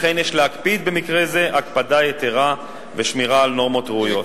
לכן יש להקפיד במקרה זה הקפדה יתירה בשמירה על נורמות ראויות.